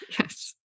Yes